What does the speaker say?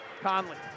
Conley